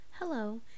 Hello